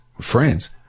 friends